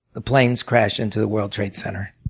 the planes crash into the world trade center.